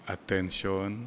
Attention